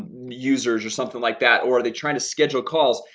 users or something like that, or are they trying to schedule calls?